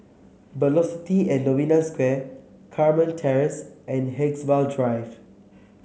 Velocity and Novena Square Carmen Terrace and Haigsville Drive